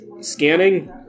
scanning